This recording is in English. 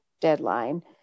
deadline